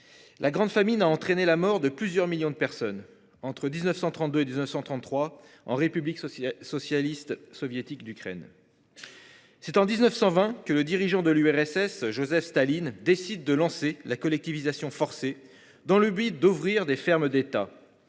La grande famine a entraîné la mort de plusieurs millions de personnes entre 1932 et 1933 en République ceci socialiste soviétique d'Ukraine. C'est en 1920 que le dirigeant de l'URSS Joseph Staline décide de lancer la collectivisation forcée dans le but d'ouvrir des fermes d'État.